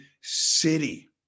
city